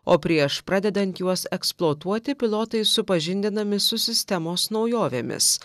o prieš pradedant juos eksploatuoti pilotai supažindinami su sistemos naujovėmis